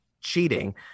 cheating